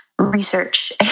research